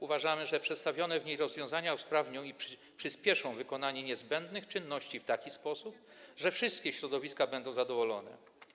Uważamy, że przedstawione w niej rozwiązania usprawnią i przyspieszą wykonanie niezbędnych czynności w taki sposób, że wszystkie środowiska będą zadowolone.